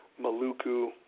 Maluku